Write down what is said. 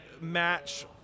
match